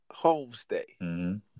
homestay